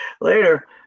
later